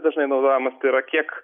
dažnai naudojamas tai yra kiek